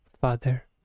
father